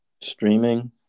streaming